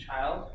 child